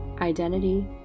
identity